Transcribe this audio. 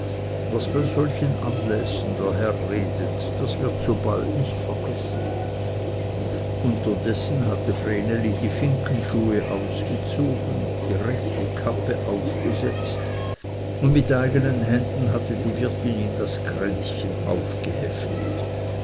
was bei solchen anlässen der herr redet das wird nicht so bald vergessen unterdessen hatte vreneli die finkenschuhe ausgezogen die rechte kappe aufgesetzt und mit eigenen händen hatte die wirtin ihm das kränzchen aufgeheftet